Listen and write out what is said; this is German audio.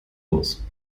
los